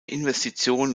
investition